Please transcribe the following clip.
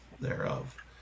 thereof